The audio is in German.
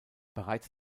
bereits